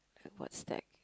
what's like